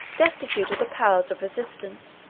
destitute of the powers of resistance,